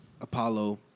Apollo